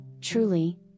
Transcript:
Truly